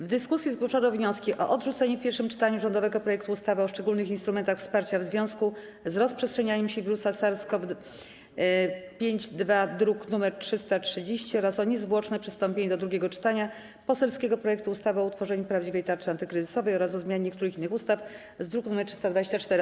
W dyskusji zgłoszono wnioski: o odrzucenie w pierwszym czytaniu rządowego projektu ustawy o szczególnych instrumentach wsparcia w związku z rozprzestrzenianiem się wirusa SARS-CoV-2, druk nr 330, oraz o niezwłoczne przystąpienie do drugiego czytania poselskiego projektu ustawy o utworzeniu prawdziwej Tarczy antykryzysowej oraz o zmianie niektórych innych ustaw z druku nr 324.